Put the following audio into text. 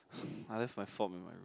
I left my form in my room